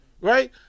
Right